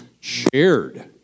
shared